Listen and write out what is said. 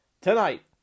Tonight